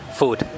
food